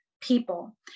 people